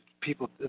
people